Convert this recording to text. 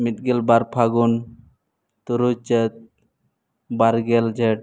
ᱢᱤᱫ ᱜᱮᱞ ᱵᱟᱨ ᱯᱷᱟᱹᱜᱩᱱ ᱛᱩᱨᱩᱭ ᱪᱟᱹᱛ ᱵᱟᱨᱜᱮᱞ ᱡᱷᱮᱴ